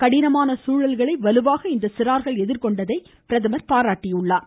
கடினமாக சூழல்களை வலுவாக இச்சிறார்கள் எதிர்கொண்டதை அவர் பாராட்டினார்